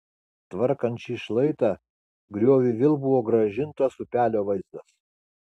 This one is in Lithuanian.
tvarkant šį šlaitą grioviui vėl buvo grąžintas upelio vaizdas